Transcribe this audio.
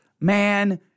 man